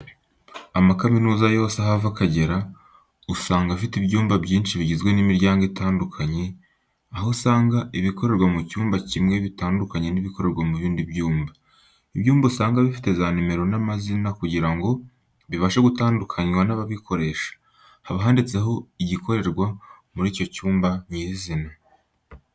Amakaminuza yose aho ava akagera, usanga afite ibyumba byinshi bigizwe n'imiryango itandukanye, aho usanga ibikorerwa mu cyumba kimwe bitandukanye n'ibikorerwa mu bindi. Ibyumba usanga bifite za nimero n'amazina kugira ngo bibashe gutandukanywa n'ababikoresha. Haba handitseho igikorerwa muri icyo cyumba nyirizina.